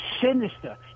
sinister